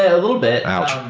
a little bit ouch.